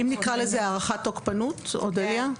אם נקרא לזה "הערכת תוקפנות" אודליה?